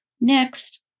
Next